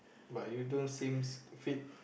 but you don't sames fit